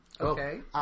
Okay